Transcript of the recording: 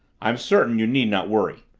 i'm certain you need not worry.